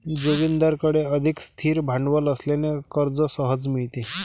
जोगिंदरकडे अधिक स्थिर भांडवल असल्याने कर्ज सहज मिळते